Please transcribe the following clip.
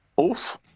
Oof